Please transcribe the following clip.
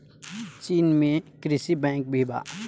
चीन में कृषि बैंक भी बा